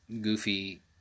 goofy